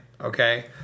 Okay